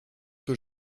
peu